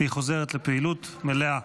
היא חוזרת לפעילות מלאה.